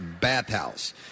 bathhouse